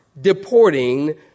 deporting